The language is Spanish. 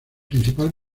principal